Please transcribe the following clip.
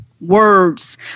words